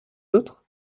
d’autre